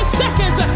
seconds